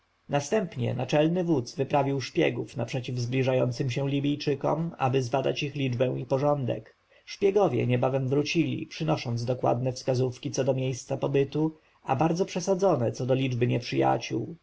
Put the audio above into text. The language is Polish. następnie naczelny wódz wyprawił szpiegów naprzeciw zbliżającym się libijczykom aby zbadać ich liczbę i porządek szpiegowie niebawem wrócili przynosząc dokładne wskazówki co do miejsca pobytu a bardzo przesadzone co do liczby nieprzyjaciół